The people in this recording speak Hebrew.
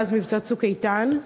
מאז מבצע "צוק איתן".